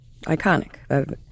iconic